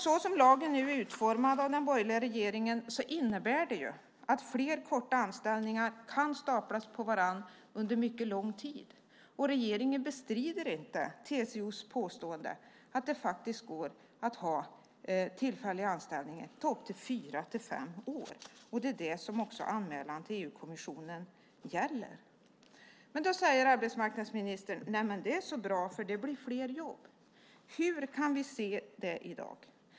Som lagen nu har utformats av den borgerliga regeringen kan fler korta anställningar staplas på varandra under mycket lång tid. Regeringen bestrider inte TCO:s påstående att det faktiskt går att ha tillfälliga anställningar fyra till fem år. Det är också det som anmälan till EU-kommissionen gäller. Då säger arbetsmarknadsministern att det är så bra eftersom det blir fler jobb. Hur kan vi se det i dag?